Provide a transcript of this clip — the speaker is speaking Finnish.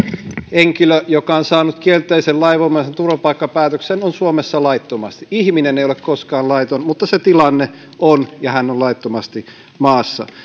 henkilö joka on saanut kielteisen lainvoimaisen turvapaikkapäätöksen on suomessa laittomasti ihminen ei ole koskaan laiton mutta se tilanne on ja hän on laittomasti maassa